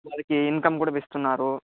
వారికి ఇన్కమ్ కూడా ఇస్తున్నారు